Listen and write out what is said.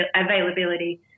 availability